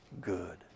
good